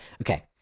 okay